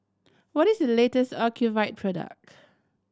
what is the latest Ocuvite product